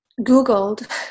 googled